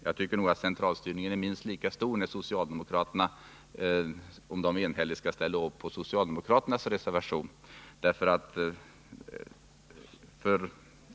Jag tycker att centralstyrningen är minst lika stor om socialdemokraterna enhälligt skall ställa upp på reservationerna.